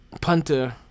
punter